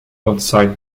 outside